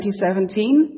2017